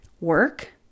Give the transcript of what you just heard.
work